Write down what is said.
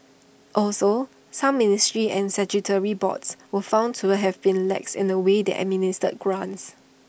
also some ministries and statutory boards were found to have been lax in the way they administered grants